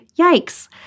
Yikes